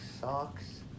socks